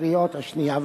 השנייה והשלישית.